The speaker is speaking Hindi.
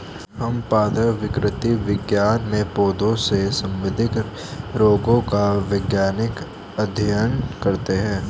हम पादप विकृति विज्ञान में पौधों से संबंधित रोगों का वैज्ञानिक अध्ययन करते हैं